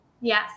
Yes